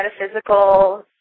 metaphysical